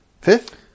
fifth